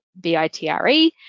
BITRE